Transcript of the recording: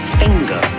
finger